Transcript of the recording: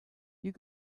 you